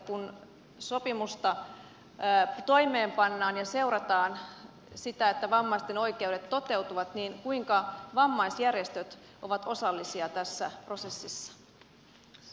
kun sopimusta toimeenpannaan ja seurataan sitä että vammaisten oikeudet toteutuvat niin kuinka vammaisjärjestöt ovat osallisia tässä prosessissa